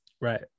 Right